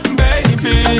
baby